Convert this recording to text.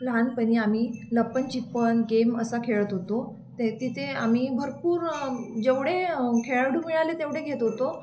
लहानपणी आम्ही लप्पन चिप्पन गेम असा खेळत होतो ते तिथे आम्ही भरपूर जेवढे खेळाडू मिळाले तेवढे घेत होतो